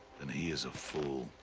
then he is a fool.